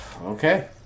Okay